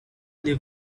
leave